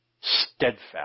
steadfast